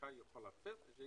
שהמחלקה יכולה לתת, היא